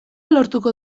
lortuko